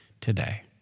today